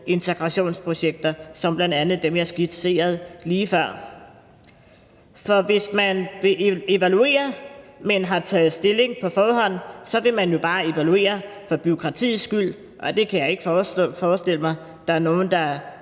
integrationsprojekter som bl.a. dem, jeg skitserede lige før. For hvis man vil evaluere, men har taget stilling på forhånd, så vil man jo bare evaluere for bureaukratiets skyld, og det kan jeg ikke forestille mig at der er nogen der